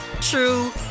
true